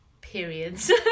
periods